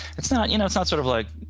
it's not you know it's not sort of like,